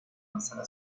manzana